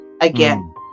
again